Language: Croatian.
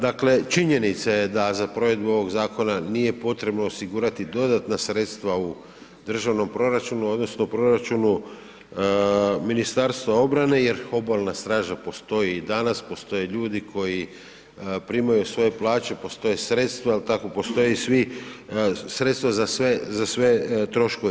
Dakle, činjenica je da za provedbu ovog zakona nije potrebno osigurati dodatna sredstva u državno proračunu, odnosno u proračunu Ministarstva obrane jer obalna straža postoji i danas, postoje i ljudi koji primaju svoje plaće, postoje sredstva, je li tako, postoje i svi, sredstva za sve troškove.